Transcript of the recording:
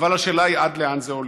אבל השאלה, עד לאן זה הולך.